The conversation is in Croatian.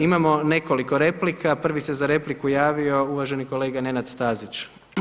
Imamo nekoliko replika, prvi se za repliku javio uvaženi kolega Nenad Stazić.